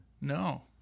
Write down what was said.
No